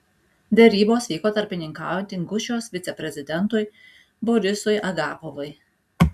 derybos vyko tarpininkaujant ingušijos viceprezidentui borisui agapovui